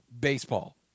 baseball